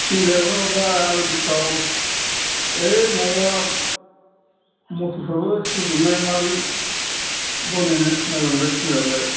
सिंग्रायावनो माबा आलु गेसाव ओइ माबा मथरफ्रानो सेवजोबनाय माबोरै बनायनायरा नोंलाय सिंराखौलाय